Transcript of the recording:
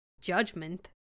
judgment